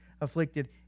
afflicted